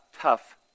tough